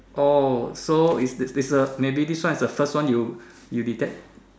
oh so is a this a maybe this one is the first one you you detect